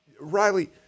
Riley